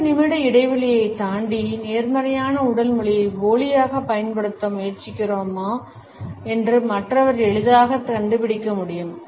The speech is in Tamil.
2 நிமிட இடைவெளியைத் தாண்டி நேர்மறையான உடல் மொழியைப் போலியாகப் பயன்படுத்த முயற்சிக்கிறோமா என்று மற்றவர் எளிதாகக் கண்டுபிடிக்க முடியும்